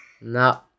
No